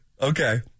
Okay